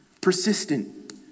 Persistent